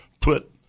put